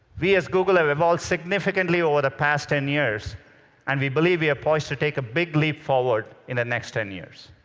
we as google have evolved significantly over the past ten years and we believe we are poised to take a big leap forward in the next ten years.